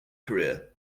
career